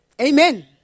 Amen